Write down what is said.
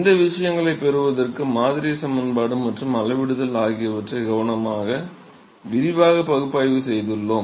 இந்த விஷயங்களைப் பெறுவதற்காக மாதிரி சமன்பாடு மற்றும் அளவிடுதல் ஆகியவற்றை கவனமாக விரிவாக பகுப்பாய்வு செய்துள்ளோம்